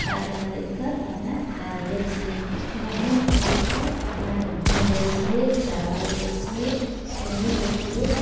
खाद खरीदकर अपना खाद बेचिए गेहूँ खरीदकर अपना गेहूँ बेचिए चावल बेचिए चीनी बेचिए